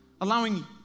allowing